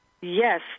Yes